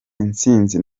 intsinzi